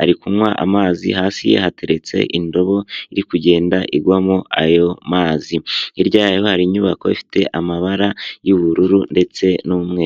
ari kunywa amazi hasi hateretse indobo iri kugenda igwamo ayo mazi, hirya yayo hari inyubako ifite amabara y'ubururu ndetse n'umweru.